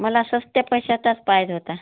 मला सस्त्या पैशाचाच पाहिजे होता